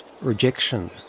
rejection